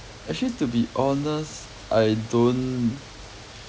actually to be honest I don't